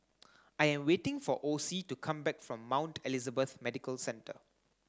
I am waiting for Ocie to come back from Mount Elizabeth Medical Centre